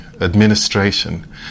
administration